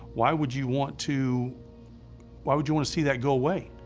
why would you want to why would you want to see that go away?